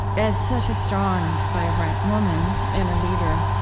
as such a strong vibrant woman and a leader,